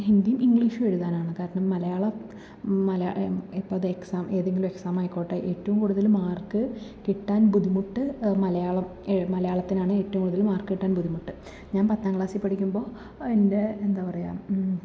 ഹിന്ദിയും ഇംഗ്ലീഷും എഴുതാനാണ് കാരണം മലയാളം മലയാളം ഇപ്പം ദേ എക്സാം ഏതെങ്കിലും എക്സാമായിക്കോട്ടെ ഏറ്റവും കൂടുതൽ മാർക്ക് കിട്ടാൻ ബുദ്ധിമുട്ട് മലയാളം മലയാളത്തിനാണ് ഏറ്റവും കൂടുതൽ മാർക്ക് കിട്ടാൻ ബുദ്ധിമുട്ട് ഞാൻ പത്താം ക്ലാസ്സിൽ പഠിക്കുമ്പോൾ എൻ്റെ എന്താണ് പറയുക